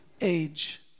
age